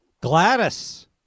Gladys